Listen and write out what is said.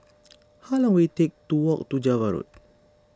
how long will it take to walk to Java Road